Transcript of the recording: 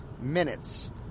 minutes